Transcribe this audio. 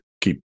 keep